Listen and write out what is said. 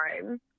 time